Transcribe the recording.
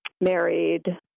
married